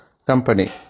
company